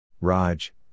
Raj